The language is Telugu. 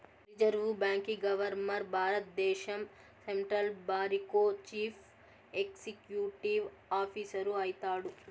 రిజర్వు బాంకీ గవర్మర్ భారద్దేశం సెంట్రల్ బారికో చీఫ్ ఎక్సిక్యూటివ్ ఆఫీసరు అయితాడు